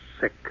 sick